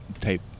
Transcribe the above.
tape